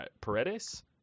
Paredes